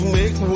make